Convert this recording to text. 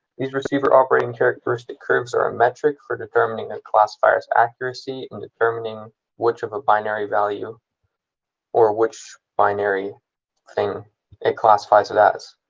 these receiver operating characteristic curves are a metric for determining a classifier's accuracy in determining which of a binary value or which binary thing it classifies it as.